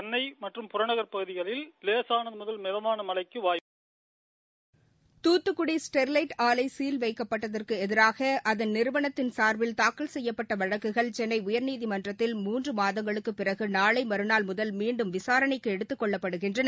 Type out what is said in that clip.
சென்னை மற்றும் புறநகர் பகுதிகளில் லேசனது முதல் மிதமான மறைக்கு வாய்ப்புள்ளது துத்துக்குடி ஸ்டொலைட் ஆலை சீல் வைக்கப்பட்டதற்கு எதிராக அதன் நிறுவனத்தின் சாா்பில் தாக்கல் செய்யப்பட்ட வழக்குகள் சென்னை உயர்நீதிமன்றத்தில் மூன்று மாதங்களுக்குப் பிறகு நாளை மறுநாள் முதல் மீண்டும் விசாரணைக்கு எடுத்துக் கொள்ளப்படுகின்றன